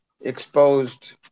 exposed